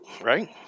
right